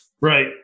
Right